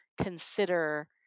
consider